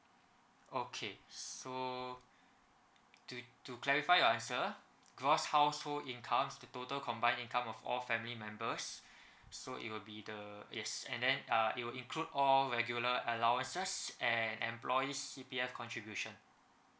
okay so to to clarify your answer gross household incomes the total combine income of all family members so it will be the yes and then uh it will include all regular allowances and employees' C_P_F contribution